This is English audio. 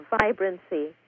vibrancy